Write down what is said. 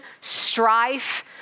strife